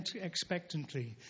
expectantly